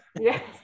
Yes